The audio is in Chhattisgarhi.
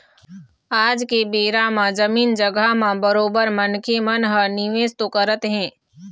आज के बेरा म जमीन जघा म बरोबर मनखे मन ह निवेश तो करत हें